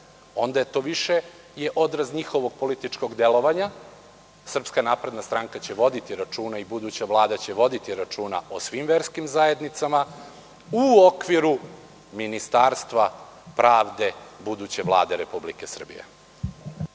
onda je to više odraz njihovog političkog delovanja. Srpska napredna stranka će voditi računa, i buduća Vlada će voditi računa o svim verskim zajednicama u okviru Ministarstva pravde buduće Vlade Republike Srbije.